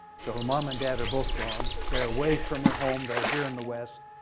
so her mom and dad are both gone. they're away from her home. they're here in the west.